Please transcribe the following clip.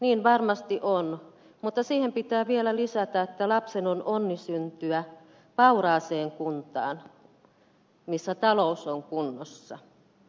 niin varmasti on mutta siihen pitää vielä lisätä että lapsen on onni syntyä vauraaseen kuntaan missä talous on kunnossa